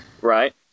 Right